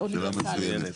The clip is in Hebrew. שאלה מצוינת.